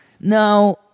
No